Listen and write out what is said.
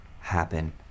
happen